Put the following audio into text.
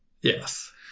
Yes